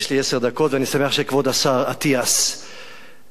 יש לי עשר דקות, ואני שמח שכבוד השר אטיאס עונה.